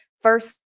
First